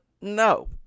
no